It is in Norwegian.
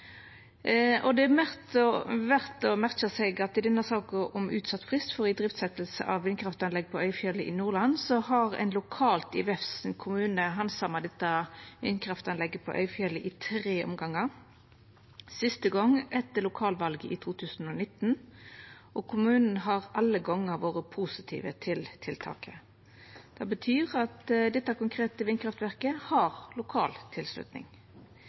handsaming av saka. Det er verdt å merka seg at i denne saka om utsett frist for idriftsetjing av vindkraftanlegg på Øyfjellet i Nordland har ein lokalt i Vefsn kommune handsama dette vindkraftanlegget på Øyfjellet i tre omgangar, siste gongen etter lokalvalet i 2019. Kommunen har alle gongene vore positiv til tiltaket. Det betyr at dette konkrete vindkraftverket har lokal tilslutning